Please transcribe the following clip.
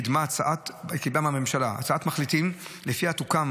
קידמה בממשלה הצעת מחליטים שלפיה תוקם